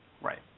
Right